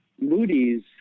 Moody's